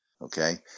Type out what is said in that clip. okay